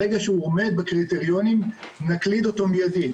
ברגע שהוא עומד בקריטריונים נקליד אותו מיידית.